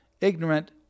ignorant